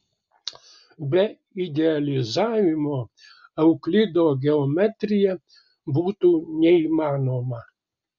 be idealizavimo euklido geometrija būtų neįmanoma